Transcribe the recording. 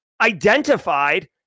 identified